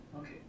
Okay